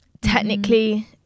technically